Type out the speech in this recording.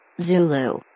Zulu